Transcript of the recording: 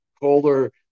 colder